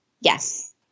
Yes